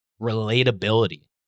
relatability